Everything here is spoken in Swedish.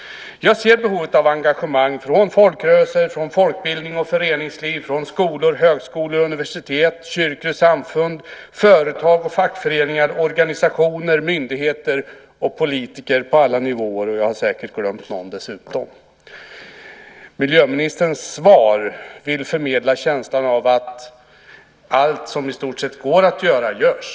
Jag ser behovet av engagemang från folkrörelser, folkbildning, föreningsliv, skolor, högskolor, universitet, kyrkor, samfund, företag, fackföreningar, organisationer, myndigheter och politiker på alla nivåer. Jag har säkert dessutom glömt någon. Miljöministern vill i sitt svar förmedla känslan av att allt som i stort sett går att göra görs.